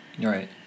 Right